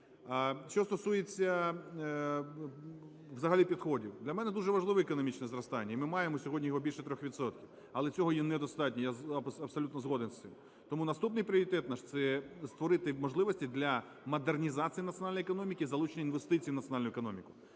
Що стосується взагалі підходів. Для мене дуже важливе економічне зростання і ми маємо сьогодні його більше 3 відсотків, але цього є не достатньо, я абсолютно згоден з цим. Тому наступний пріоритет наш – це створити можливості для модернізації національної економіки, залучення інвестицій у національну економіку.